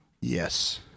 Yes